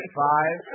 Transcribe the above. five